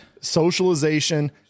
socialization